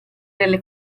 nelle